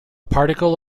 particle